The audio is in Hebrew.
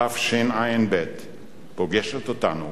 תשע"ב פוגשת אותנו